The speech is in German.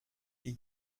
die